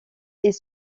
est